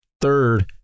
third